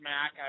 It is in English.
Mac